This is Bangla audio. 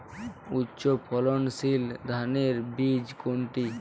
উচ্চ ফলনশীল ধানের বীজ কোনটি?